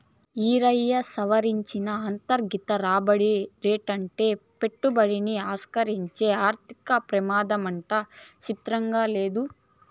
ఈరయ్యా, సవరించిన అంతర్గత రాబడి రేటంటే పెట్టుబడిని ఆకర్సించే ఆర్థిక పెమాదమాట సిత్రంగా లేదూ